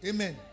Amen